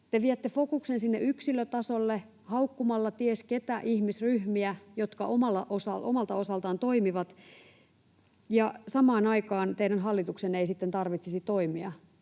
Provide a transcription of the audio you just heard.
Te viette fokuksen sinne yksilötasolle haukkumalla ties keitä ihmisryhmiä, jotka omalta osaltaan toimivat. Samaan aikaan teidän hallituksenne ei sitten tarvitsisi toimia,